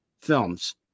films